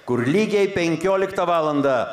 kur lygiai penkioliktą valandą